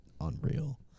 unreal